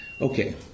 Okay